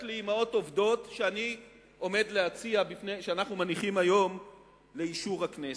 לאמהות עובדות שאנחנו מניחים היום לאישור הכנסת.